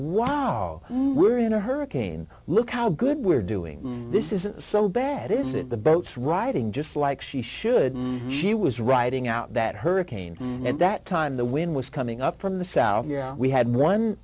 wow we're in a hurricane look how good we're doing this is so bad isn't the boats riding just like she should she was riding out that hurricane and that time the wind was coming up from the south we had one